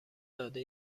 داده